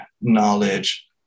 knowledge